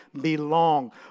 belong